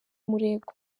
umurego